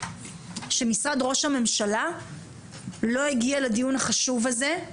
שמשרד ראש הממשלה לא הגיע לדיון החשוב הזה,